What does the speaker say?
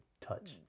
touch